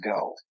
go